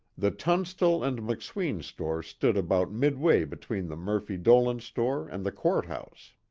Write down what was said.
the tunstall and mcsween store stood about midway between the murphy-dolan store and the court house.